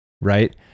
right